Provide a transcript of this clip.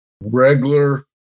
regular